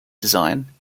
design